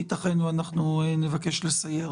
ייתכן ואנחנו נבקש לסייר